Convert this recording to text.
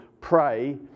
pray